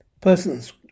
persons